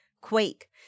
quake